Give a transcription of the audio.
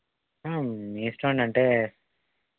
మీ ఇష్టమే అంటే